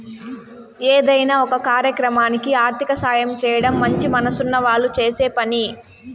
ఏదైనా ఒక కార్యక్రమానికి ఆర్థిక సాయం చేయడం మంచి మనసున్న వాళ్ళు చేసే పని